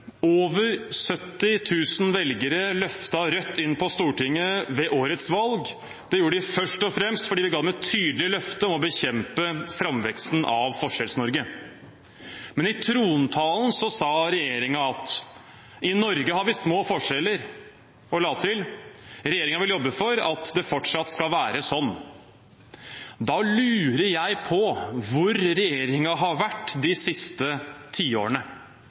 Over 70 000 velgere løftet Rødt inn på Stortinget ved årets valg. Det gjorde de først og fremst fordi vi ga dem et tydelig løfte om å bekjempe framveksten av Forskjells-Norge. Men i trontalen sa regjeringen: «I Norge har vi små forskjeller.» Og de la til: «Regjeringen vil arbeide for at det fortsatt skal være slik.» Da lurer jeg på hvor regjeringen har vært de siste tiårene.